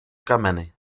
kameny